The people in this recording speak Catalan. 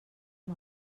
amb